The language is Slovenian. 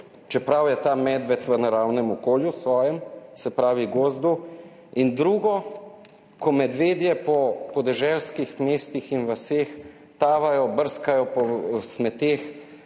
čeprav je ta medved v naravnem okolju, v svojem, se pravi, gozdu. Drugo, ko medvedje po podeželskih mestih in vaseh tavajo, brskajo po smeteh